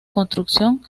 construcción